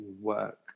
work